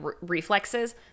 reflexes